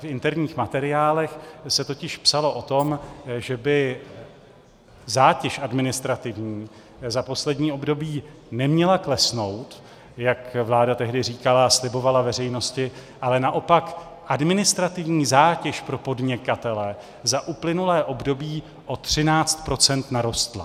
V interních materiálech se totiž psalo o tom, že by administrativní zátěž za poslední období neměla klesnout, jak vláda tehdy říkala a slibovala veřejnosti, ale naopak administrativní zátěž pro podnikatele za uplynulé období o 13 % narostla.